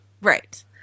Right